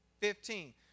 Fifteen